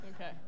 Okay